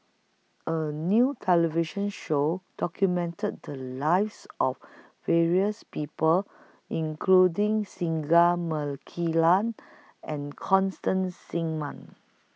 A New television Show documented The Lives of various People including Singai Mukilan and Constance Singam